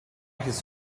his